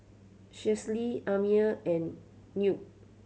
Schley Amir and Newt